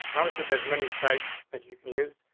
obviously, there's many sites that you can use,